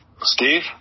Steve